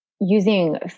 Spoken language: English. using